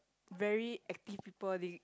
very active people they